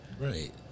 Right